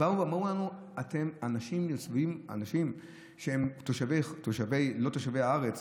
הם באו לנו שאנשים שהם לא תושבי הארץ,